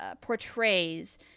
portrays